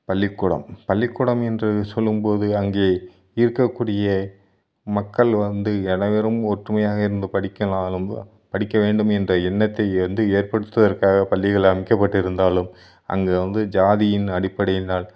பள்ளிக்கூடம் பள்ளிக்கூடம் என்று சொல்லும்போது அங்கே இருக்கக்கூடிய மக்கள் வந்து அனைவரும் ஒற்றுமையாக இருந்து படிக்க நான் விரும்புவேன் படிக்க வேண்டுமென்ற எண்ணத்தை வந்து ஏற்படுத்துவதற்காக பள்ளிகள் அமைக்கப்பட்டிருந்தாலும் அங்கு வந்து ஜாதியின் அடிப்படையினால்